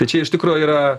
tai čia iš tikro yra